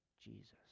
Jesus